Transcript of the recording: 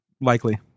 Likely